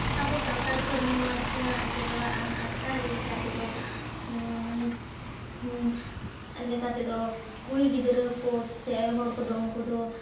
ᱟᱵᱚ ᱥᱟᱱᱛᱟᱲ ᱥᱚᱢᱟᱡᱽ ᱨᱮᱱᱟᱜ ᱥᱮᱨᱣᱟᱼᱟᱱ ᱟᱠᱷᱲᱟ ᱞᱮᱠᱟᱛᱮ ᱫᱚ ᱞᱮᱠᱟᱛᱮ ᱫᱚ ᱠᱩᱲᱤ ᱜᱤᱫᱽᱨᱟᱹ ᱠᱚ ᱥᱮ ᱟᱭᱳᱦᱚᱲ ᱠᱚᱫᱚ ᱩᱱᱠᱚ ᱫᱚ